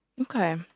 Okay